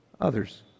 others